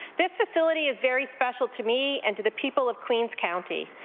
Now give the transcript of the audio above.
this facility is very special to me and to the people of queens county.